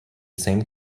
same